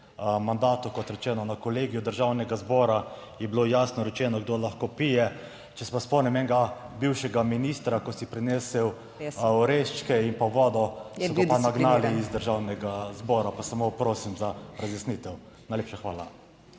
Kot rečeno, na Kolegiju Državnega zbora je bilo jasno rečeno, kdo lahko pije. Če se pa spomnim enega bivšega ministra, ko si prinesel oreščke in pa v vodo so ga pa nagnali iz Državnega zbora pa samo prosim za razjasnitev. Najlepša hvala.